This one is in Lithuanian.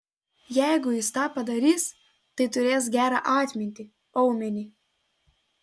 jeigu jis tą padarys tai turės gerą atmintį aumenį